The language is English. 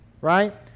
Right